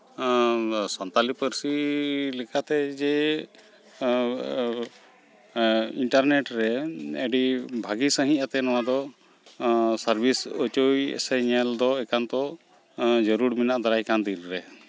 ᱥᱟᱱᱛᱟᱞᱤ ᱯᱟᱹᱨᱥᱤ ᱞᱮᱠᱟᱛᱮ ᱡᱮ ᱤᱱᱴᱟᱨᱱᱮᱴ ᱨᱮ ᱟᱹᱰᱤ ᱵᱷᱟᱹᱜᱤ ᱥᱟᱺᱦᱤᱡ ᱟᱛᱮᱫ ᱱᱚᱣᱟ ᱫᱚ ᱥᱟᱨᱵᱷᱤᱥ ᱚᱪᱚᱭ ᱥᱮ ᱧᱮᱞ ᱫᱚ ᱮᱠᱟᱱᱛᱚᱭ ᱡᱟᱹᱨᱩᱲ ᱢᱮᱱᱟᱜᱼᱟ ᱫᱟᱨᱟᱭ ᱠᱟᱱ ᱫᱤᱱ ᱨᱮ